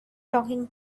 talking